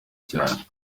cyane